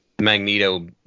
magneto